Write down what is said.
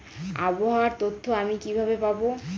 আবহাওয়ার তথ্য আমি কিভাবে পাবো?